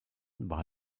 war